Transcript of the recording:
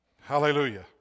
Hallelujah